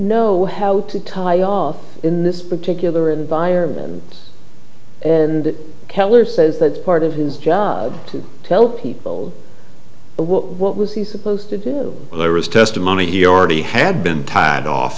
know how to tie off in this particular and buyer and keller says that part of his job to tell people what was he supposed to do there was testimony he already had been tied off